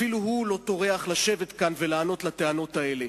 אפילו הוא לא טורח לשבת כאן ולענות על הטענות האלה.